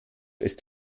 ist